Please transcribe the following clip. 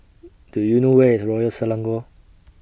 Do YOU know Where IS Royal Selangor